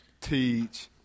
teach